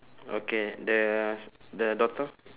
okay the the daughter